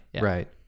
right